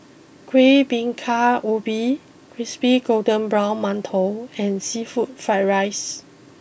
Kuih Bingka Ubi Crispy Golden Brown Mantou and Seafood Fried rices